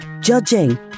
judging